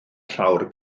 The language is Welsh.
llawr